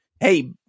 hey